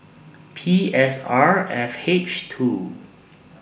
P S R F H two